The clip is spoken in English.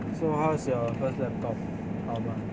so how is your first laptop 好吗